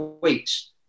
weeks